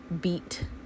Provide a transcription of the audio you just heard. beat